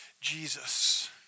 Jesus